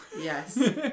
yes